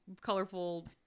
colorful